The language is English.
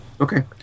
Okay